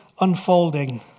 unfolding